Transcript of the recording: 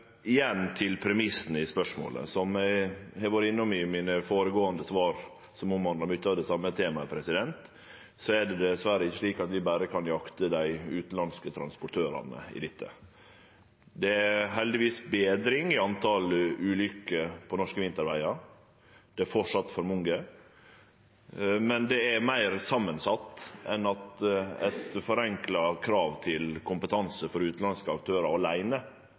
Igjen til premissane i spørsmålet: Som eg har vore innom i mine føregåande svar, som omhandlar mykje av det same temaet, er det dessverre ikkje slik at vi berre kan jakte dei utanlandske transportørane i dette. Det er heldigvis betring i talet på ulykker på norske vintervegar – det er framleis for mange – men det er meir samansett enn at eit forenkla krav til kompetanse for utanlandske aktørar